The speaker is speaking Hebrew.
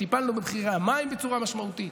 טיפלנו במחירי המים בצורה משמעותית,